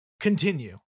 Continue